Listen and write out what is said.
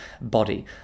body